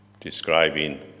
describing